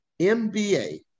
MBA